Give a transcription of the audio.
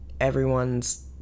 everyone's